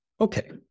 Okay